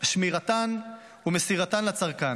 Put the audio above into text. שמירתן ומסירתן לצרכן).